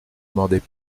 demandait